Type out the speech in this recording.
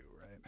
right